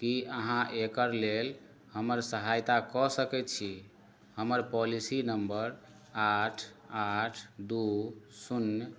की अहाँ एकरा लेल हमर सहायता कऽ सकैत छी हमर पॉलिसी नम्बर आठ आठ दू शून्य